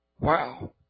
Wow